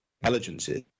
intelligences